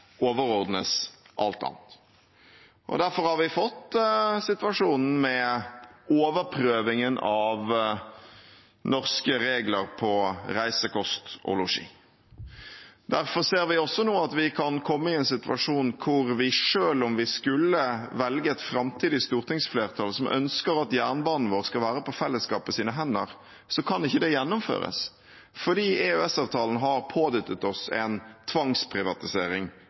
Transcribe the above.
overordnes alt annet. Derfor har vi fått situasjonen med overprøvingen av norske regler på reise, kost og losji. Derfor ser vi også nå at vi kan komme i en situasjon hvor vi, selv om vi skulle velge et framtidig stortingsflertall som ønsker at jernbanen vår skal være på fellesskapets hender, ikke kan gjennomføre det, fordi EØS-avtalen har pådyttet oss en tvangsprivatisering